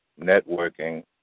networking